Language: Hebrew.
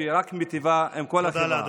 שהיא רק מיטיבה עם כל החברה,